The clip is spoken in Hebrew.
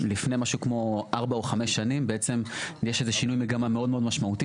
ולפני משהו כמו ארבע או חמש שנים יש שינוי מגמה מאוד מאוד משמעותי